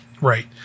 Right